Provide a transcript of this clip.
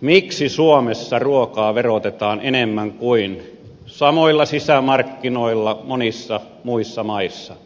miksi suomessa ruokaa verotetaan enemmän kuin samoilla sisämarkkinoilla monissa muissa maissa